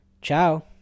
Ciao